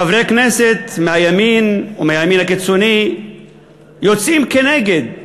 חברי כנסת מהימין או מהימין הקיצוני יוצאים כנגד.